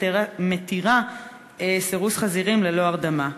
מתירה לסרס חזירים ללא הרדמה.